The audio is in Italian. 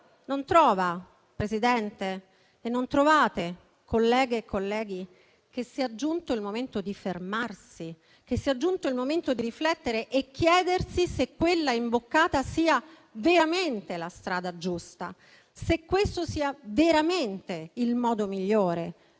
Non trova, Presidente, e non trovate, colleghe e colleghi, che sia giunto il momento di fermarsi, di riflettere e chiedersi se quella imboccata sia veramente la strada giusta, se questo sia veramente il modo migliore